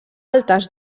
altes